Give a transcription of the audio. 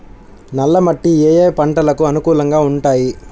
నల్ల మట్టి ఏ ఏ పంటలకు అనుకూలంగా ఉంటాయి?